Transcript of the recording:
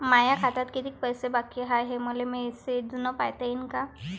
माया खात्यात कितीक पैसे बाकी हाय, हे मले मॅसेजन पायता येईन का?